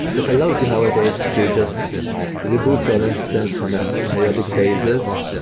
that allows you nowadays to just reboot your instance on a periodic basis.